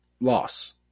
loss